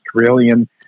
Australian